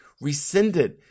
rescinded